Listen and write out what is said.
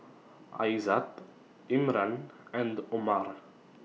Aizat Imran and Omar